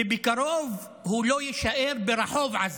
ובקרוב הוא לא יישאר ברחוב עזה.